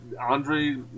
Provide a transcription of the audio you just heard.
Andre